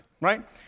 right